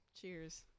Cheers